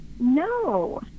No